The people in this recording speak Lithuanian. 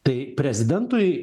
tai prezidentui